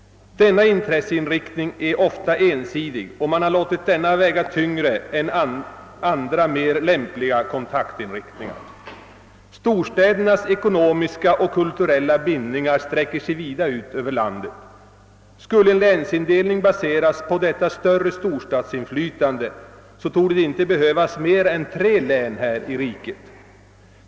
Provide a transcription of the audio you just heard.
Denna intresseinriktning är ofta ensidig, men man har låtit den väga tyngre än andra, mer lämpliga kontaktinriktningar. Storstädernas ekonomiska och kulturella bindningar sträcker sig vida ut över landet. Skulle en länsindelning baseras på detta storstadsinflytande, torde det inte behövas mer än tre län här i riket.